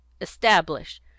establish